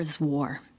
War